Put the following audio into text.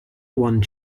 one